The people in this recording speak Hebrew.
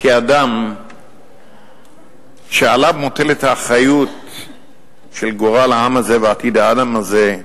כאדם שעליו מוטלת האחריות של גורל העם הזה ועתיד העם הזה,